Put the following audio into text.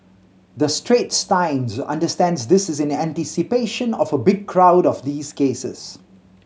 the Straits Times understands this is in anticipation of a big crowd of these cases